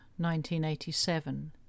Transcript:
1987